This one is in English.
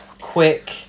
quick